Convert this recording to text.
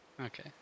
Okay